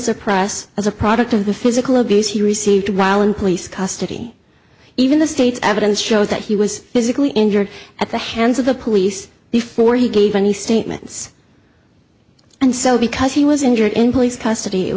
suppressed as a product of the physical abuse he received while in police custody even the state's evidence shows that he was physically injured at the hands of the police before he gave any statements and so because he was injured